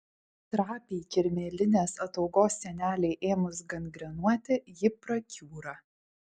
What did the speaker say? trapiai kirmėlinės ataugos sienelei ėmus gangrenuoti ji prakiūra